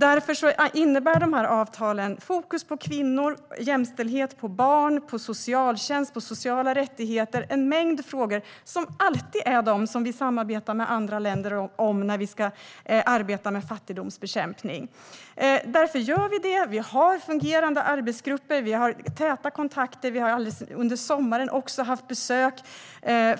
I avtalen ligger därför fokus på kvinnor, jämställdhet, barn, socialtjänst och sociala rättigheter - en mängd frågor där vi alltid samarbetar med andra länder när vi ska arbeta med fattigdomsbekämpning. Därför gör vi också det. Vi har fungerande arbetsgrupper och täta kontakter. Vi har under sommaren också haft besök